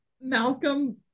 Malcolm